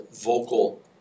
vocal